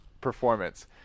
performance